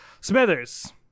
Smithers